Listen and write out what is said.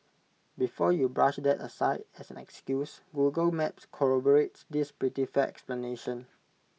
before you brush that aside as an excuse Google maps corroborates this pretty fair explanation